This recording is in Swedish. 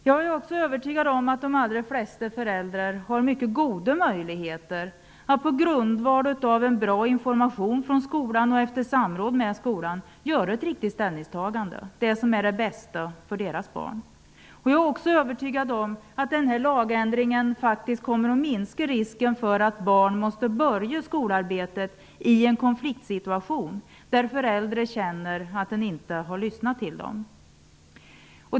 Jag är också övertygad om att de allra flesta föräldrar har mycket goda möjligheter att på grundval av en bra information från skolan och efter samråd med skolan göra ett riktigt ställningstagande, det som är det bästa för deras barn. Jag är också övertygad om att den här lagändringen faktiskt kommer att minska risken för att barn måste börja skolarbetet i en konfliktsituation, där föräldrar känner att man inte har lyssnat till dem.